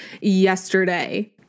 yesterday